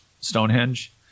Stonehenge